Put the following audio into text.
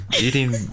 eating